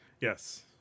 Yes